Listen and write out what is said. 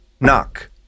knock